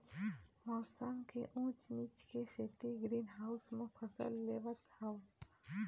मउसम के ऊँच नीच के सेती ग्रीन हाउस म फसल लेवत हँव